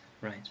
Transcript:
Right